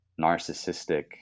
narcissistic